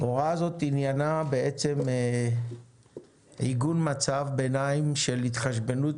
ההוראה הזאת עניינה עיגון מצב ביניים של התחשבנות